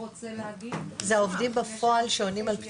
המשרד להגנת הסביבה,